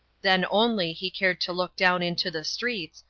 then only he cared to look down into the streets,